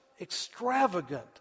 extravagant